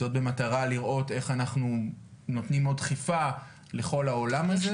זאת במטרה לראות איך אנחנו נותנים עוד דחיפה לכל העולם הזה.